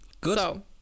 good